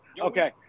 okay